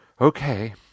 Okay